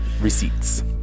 Receipts